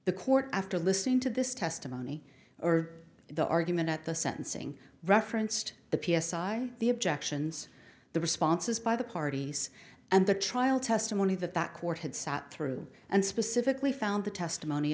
the court after listening to this testimony or the argument at the sentencing referenced the p s i i the objections the responses by the parties and the trial testimony that that court had sat through and specifically found the testimony